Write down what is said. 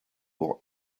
pour